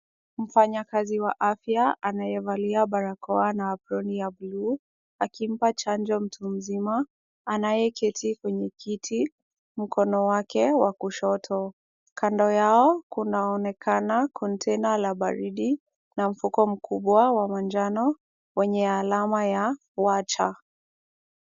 Mfanya kazi wa afya anayevalia barakoa na aproni ya blue , akimpa chanjo mtu mzima, anayeketi kwenye kiti mkono wake wa kushoto. Kando yao kunaonekana container la baridi na mfuko mkubwa wa manjano, wenye alama ya wacha.